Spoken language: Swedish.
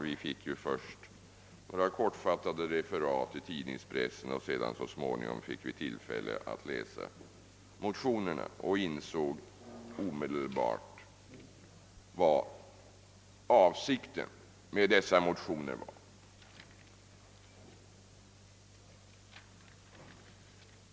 Vi fick ju först några kortfattade referat i tidningspressen, sedan fick vi så småningom tillfälle att läsa motionerna och då insåg vi omedelbart vad avsikten med dem var.